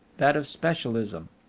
that of specialism.